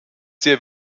sehr